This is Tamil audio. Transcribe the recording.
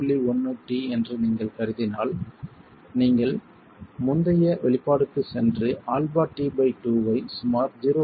1 t என்று நீங்கள் கருதினால் நீங்கள் முந்தைய வெளிப்பாடுக்குச் சென்று αt2 ஐ சுமார் 0